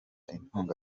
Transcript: inkunga